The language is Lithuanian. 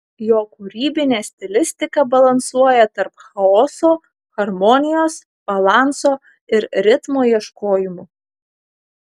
jo kūrybinė stilistika balansuoja tarp chaoso harmonijos balanso ir ritmo ieškojimų